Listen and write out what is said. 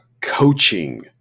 coaching